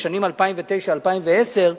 לשנים 2009 2010,